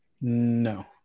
No